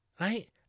right